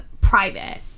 private